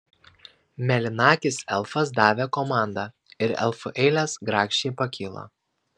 mėlynakis elfas davė komandą ir elfų eilės grakščiai pakilo